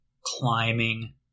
climbing